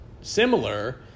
similar